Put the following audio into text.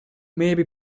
maybe